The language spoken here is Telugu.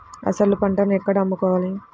అసలు పంటను ఎక్కడ అమ్ముకోవాలి?